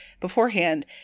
beforehand